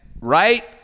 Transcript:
Right